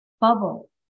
bubble